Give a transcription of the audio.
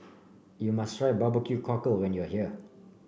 you must try B B Q Cockle when you are here